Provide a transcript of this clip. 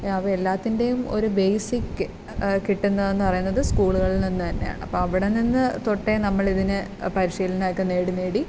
അവ എല്ലാത്തിൻ്റെയും ഒരു ബേസിക്ക് കിട്ടുന്നതെന്ന് പറയുന്നത് സ്കൂളുകളിൽ നിന്ന് തന്നെയാണ് അപ്പം അവിടെ നിന്ന് തൊട്ടേ നമ്മൾ ഇതിന് പരിശീലനമൊക്കെ നേടി നേടി